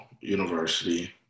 University